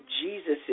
Jesus